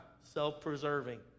self-preserving